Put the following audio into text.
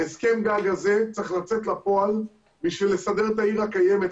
הסכם הגג הזה צריך לצאת לפועל בשביל לסדר את העיר הקיימת.